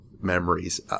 memories